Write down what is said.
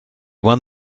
won